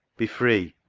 be free.